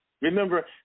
Remember